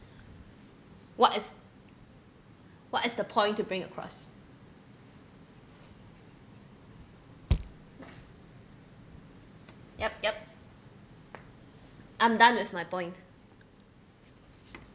what is what is the point to bring across yup yup I'm done with my point